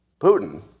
Putin